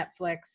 Netflix